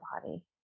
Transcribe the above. body